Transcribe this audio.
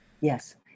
Yes